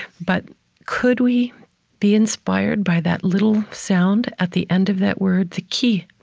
but could we be inspired by that little sound at the end of that word, the ki?